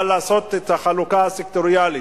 אבל לעשות את החלוקה הסקטוריאלית,